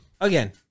Again